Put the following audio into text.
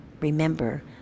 Remember